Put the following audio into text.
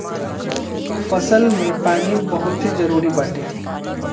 फसल में पानी बहुते जरुरी बाटे